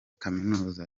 kaminuza